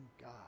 God